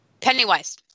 Pennywise